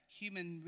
human